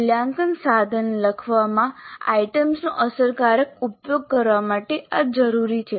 મૂલ્યાંકન સાધન લખવામાં આઇટમ્સનો અસરકારક ઉપયોગ કરવા માટે આ જરૂરી છે